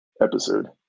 episode